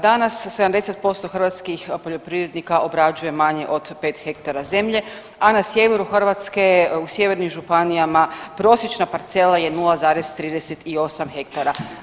Danas 70% hrvatskih poljoprivrednika obrađuje manje od 5 hektara zemlje, a na sjeveru Hrvatske u sjevernim županijama prosječna parcela je 0,38 hektara.